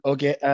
Okay